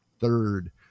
third